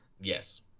yes